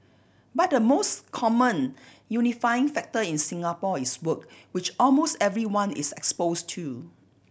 but the most common unifying factor in Singapore is work which almost everyone is expose to